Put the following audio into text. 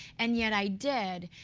and yet i did.